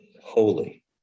holy